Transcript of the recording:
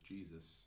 Jesus